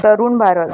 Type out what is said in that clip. Tarun Bharat